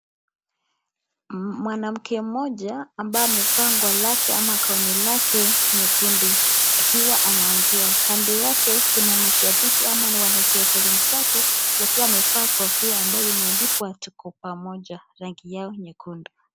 Mwanamke mmoja ambaye amevaa nguo lake ama gauni lake nyekundu akiwa anaongea. Kando yake kuna mashabiki ama wanasiasa wenzake wakiwa wamevaa kofia ambayo imeandikwa tuko pamoja rangi yao nyekundu.